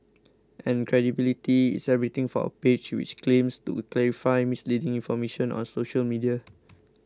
and credibility is everything for a page which claims to clarify misleading information on social media